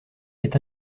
est